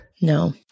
No